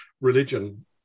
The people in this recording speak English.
religion